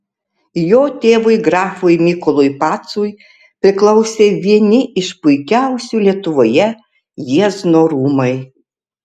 jo tėvui grafui mykolui pacui priklausė vieni iš puikiausių lietuvoje jiezno rūmai